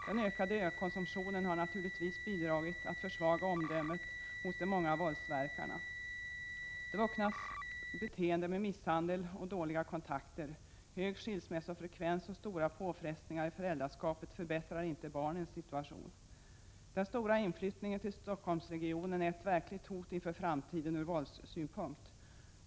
Den ökande ölkonsumtionen har naturligtvis bidragit till att försvaga omdömet hos många våldsverkare. De vuxnas beteende med misshandel och dåliga kontakter, hög skilsmässofrekvens och stora påfrestningar i föräldraskapet förbättrar inte barnens situation. Den stora inflyttningen till Stockholmsregionen är ett verkligt hot inför framtiden ur våldssynpunkt.